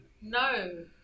No